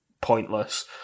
pointless